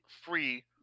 free